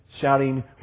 shouting